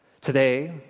Today